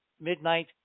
midnight